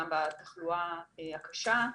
גם בתחלואה הקשה.